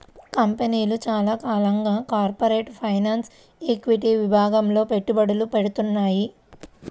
కంపెనీలు చాలా కాలంగా కార్పొరేట్ ఫైనాన్స్, ఈక్విటీ విభాగాల్లో పెట్టుబడులు పెడ్తున్నాయి